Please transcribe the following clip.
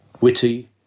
witty